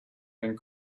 and